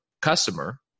customer